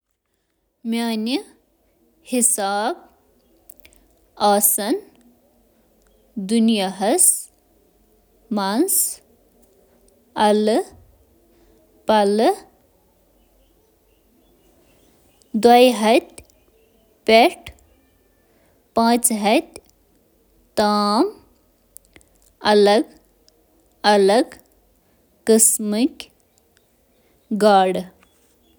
ہندوستان چُھ فنفشچ کل تقریبا زٕ ساس زٕ ہتھ ژتجی شےٚ, انواع سۭتۍ مالا مال ، یمن منٛزستھ ہتھ شیٹھ پانٛژھ, چِھ مٔدرِ آبٕچ گاڈٕ یم اندرون ملک آبی ذخائر یتھ کٔنۍ زَن ٲبی زمین، تالاب،...